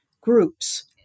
groups